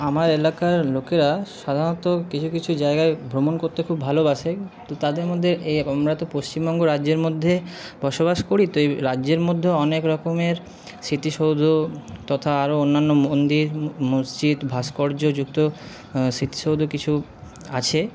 আমার এলাকার লোকেরা সাধারণত কিছু কিছু জায়গায় ভ্রমণ করতে খুব ভালোবাসে তো তাদের মধ্যে আমরা তো পশ্চিমবঙ্গ রাজ্যের মধ্যে বসবাস করি তো এই রাজ্যের মধ্যে অনেক রকমের স্মৃতিসৌধ তথা আরও অন্যান্য মন্দির মসজিদ ভাস্কর্যযুক্ত স্মৃতিসৌধ কিছু আছে